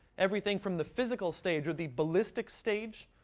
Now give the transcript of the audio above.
everything from the physical stage, or the ballistic stage,